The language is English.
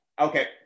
okay